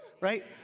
Right